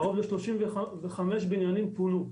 קרוב ל-35 בניינים פונו.